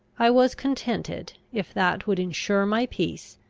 i was contented, if that would insure my peace,